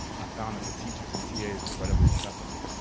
i found that the teachers and tas were readily accessible.